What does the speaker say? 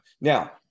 Now